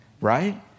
right